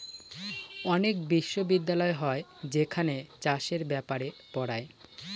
অনেক বিশ্ববিদ্যালয় হয় যেখানে চাষের ব্যাপারে পড়ায়